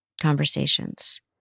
conversations